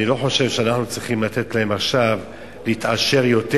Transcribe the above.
אני לא חושב שאנחנו צריכים לתת להם עכשיו להתעשר יותר,